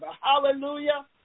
Hallelujah